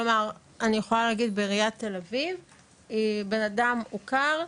כלומר אני יכולה להגיד בעיריית תל אביב בן אדם הוכר,